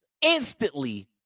instantly